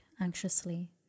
anxiously